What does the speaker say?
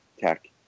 tech